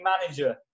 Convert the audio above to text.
manager